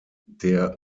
der